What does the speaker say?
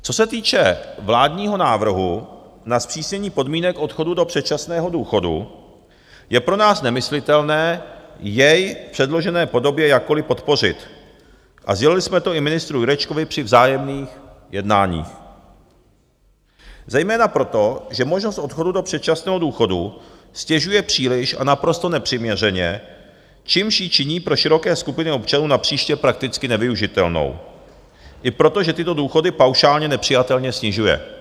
Co se týče vládního návrhu na zpřísnění podmínek odchodu do předčasného důchodu, je pro nás nemyslitelné jej v předložené podobě jakkoliv podpořit a sdělili jsme to i ministru Jurečkovi při vzájemných jednáních zejména proto, že možnost odchodu do předčasného důchodu ztěžuje příliš a naprosto nepřiměřeně, čímž ji činí pro široké skupiny občanů napříště prakticky nevyužitelnou, i proto, že tyto důchody paušálně nepřijatelně snižuje.